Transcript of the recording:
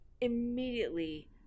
immediately